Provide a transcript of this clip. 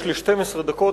יש לי 12 דקות,